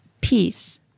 peace